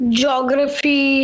Geography